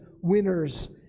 winners